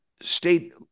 state